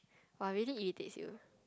!wah! really irritates you